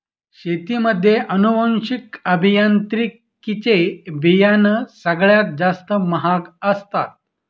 शेतीमध्ये अनुवांशिक अभियांत्रिकी चे बियाणं सगळ्यात जास्त महाग असतात